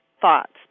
thoughts